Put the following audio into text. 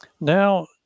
Now